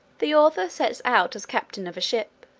the author sets out as captain of a ship.